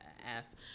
ass